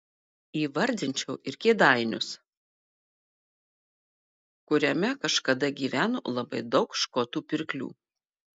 įvardinčiau ir kėdainius kuriame kažkada gyveno labai daug škotų pirklių